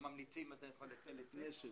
או ממליצים להטיל היטל היצף,